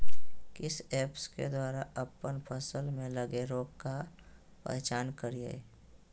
किस ऐप्स के द्वारा अप्पन फसल में लगे रोग का पहचान करिय?